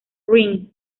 ring